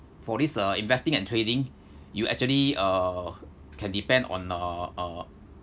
for this uh investing and trading you actually uh can depend on uh uh